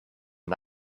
and